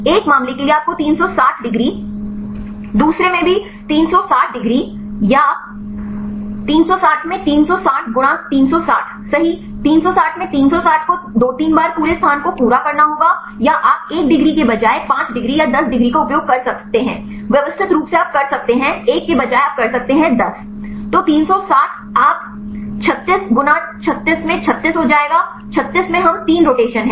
एक मामले के लिए आपको 360 डिग्री दूसरे में भी 360 डिग्री या 360 में 360 गुणा 360 सही 360 में 360 को दो तीन बार पूरे स्थान को पूरा करना होगा या आप एक डिग्री के बजाय 5 डिग्री या 10 डिग्री का उपयोग कर सकते हैं व्यवस्थित रूप से आप कर सकते हैं एक के बजाय आप कर सकते हैं 10 तो 360 आप 36 गुना 36 में 36 हो जाएगा 36 में हम 3 रोटेशन है